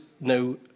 no